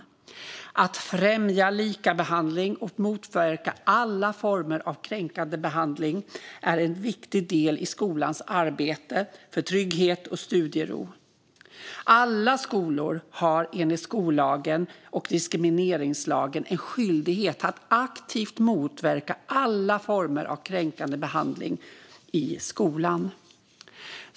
Att främja likabehandling och motverka alla former av kränkande behandling är en viktig del i skolans arbete för trygghet och studiero. Alla skolor har enligt skollagen och diskrimineringslagen en skyldighet att aktivt motverka alla former av kränkande behandling i skolan.